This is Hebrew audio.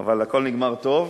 אבל הכול נגמר טוב,